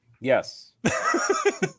Yes